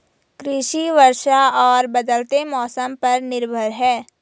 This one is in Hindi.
कृषि वर्षा और बदलते मौसम पर निर्भर है